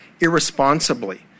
irresponsibly